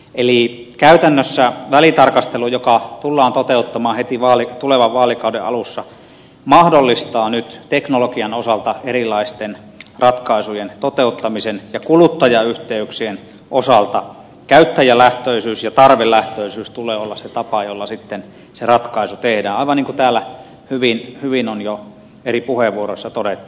eli käytännössä välitarkastelu joka tullaan toteuttamaan heti tulevan vaalikauden alussa mahdollistaa nyt teknologian osalta erilaisten ratkaisujen toteuttamisen ja kuluttajayhteyksien osalta käyttäjälähtöisyyden ja tarvelähtöisyyden tulee olla se tapa jolla sitten ratkaisu tehdään aivan niin kuin täällä hyvin on jo eri puheenvuoroissa todettu